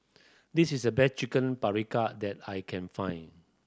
this is the best Chicken that I can find